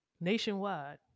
nationwide